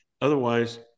Otherwise